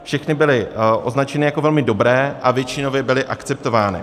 Všechny byly označeny jako velmi dobré a většinově byly akceptovány.